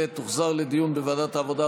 ותוחזר לדיון בוועדת העבודה,